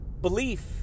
belief